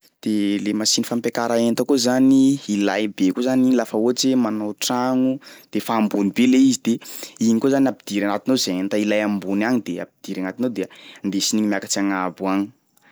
De le machine fampiakara enta koa zany, ilay be koa zany igny lafa ohatsy hoe manao tragno de fa ambony be le izy de igny koa zany ampidiry agnatiny ao zay enta ilay ambony agny de ampidiry agnatiny ao dia ndesiny igny miakatsy agnabo agny.